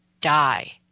die